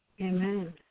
Amen